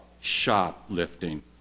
shoplifting